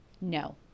No